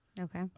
Okay